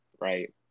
right